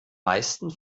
meisten